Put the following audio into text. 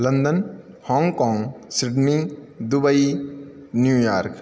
London Hong Kong Sydney Dubai New York